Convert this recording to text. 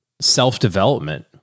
self-development